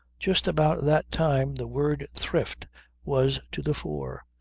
just about that time the word thrift was to the fore.